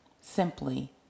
simply